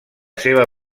seva